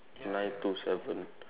nine two seven